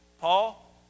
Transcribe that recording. Paul